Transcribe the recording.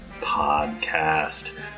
podcast